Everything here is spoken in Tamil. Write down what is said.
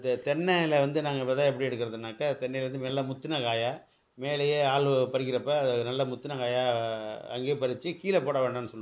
தெ தென்னையில் வந்து நாங்கள் வெதை எப்படி எடுக்கறதுனாக்க தென்னைலேருந்து நல்ல முற்றின காயாக மேலேயே ஆளுவோ பறிக்கிறப்போ அது நல்ல முற்றின காயாக அங்கேயே பறித்து கீழே போட வேண்டாம்னு சொல்லுவோம்